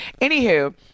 Anywho